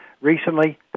recently